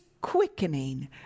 quickening